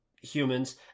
humans